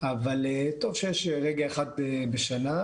אבל טוב שיש רגע אחד בשנה.